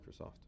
Microsoft